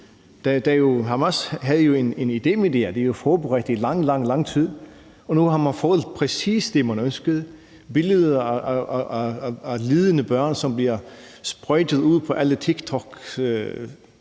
Hamas havde jo en idé med det her – det havde jo været forberedt i lang, lang tid – og nu har man fået præcis det, man ønskede: billeder af lidende børn bliver sprøjtet ud på alle